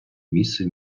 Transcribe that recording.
місце